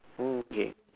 oo K